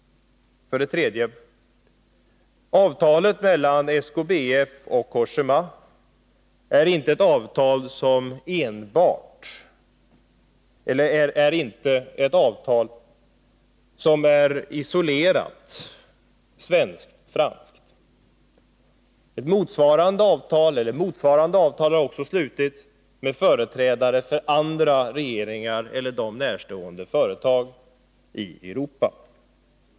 För det tredje: Avtalet mellan SKBF och Cogéma är inte ett avtal som är isolerat svensk-franskt. Motsvarande avtal har också slutits med företrädare för andra regeringar eller dem närstående företag i Europa.